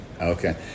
Okay